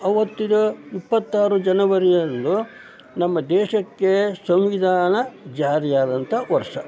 ಆವತ್ತಿನ ಇಪ್ಪತ್ತಾರು ಜನವರಿಯಂದು ನಮ್ಮ ದೇಶಕ್ಕೆ ಸಂವಿಧಾನ ಜಾರಿಯಾದಂಥ ವರ್ಷ